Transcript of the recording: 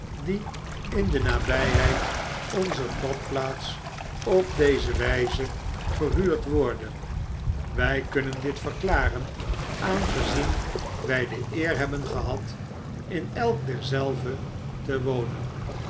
die in de nabyheid onzer badplaats op deze wyze verhuurd worden wij kunnen dit verklaren aangezien wy de eer hebben gehad in elk derzelven te wonen